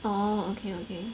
orh okay okay